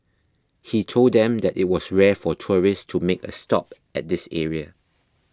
he told them that it was rare for tourists to make a stop at this area